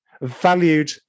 valued